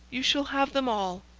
you shall have them all.